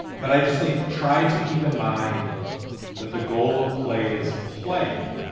but i just think trying to keep in mind that the goal of play is play.